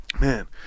man